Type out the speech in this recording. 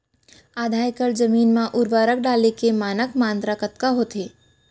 आधा एकड़ जमीन मा उर्वरक डाले के मानक मात्रा कतका होथे?